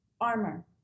armor